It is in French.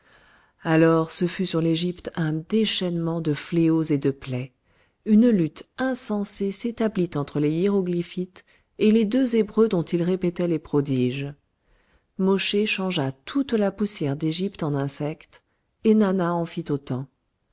alors ce fut sur l'égypte un déchaînement de fléaux et de plaies une lutte insensée s'établit entre les hiéroglyphites et les deux hébreux dont ils répétaient les prodiges mosché changea toute la poussière d'égypte en insectes ennana en fit